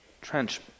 trench